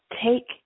Take